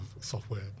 software